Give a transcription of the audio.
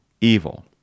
evil